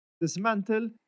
dismantle